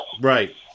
Right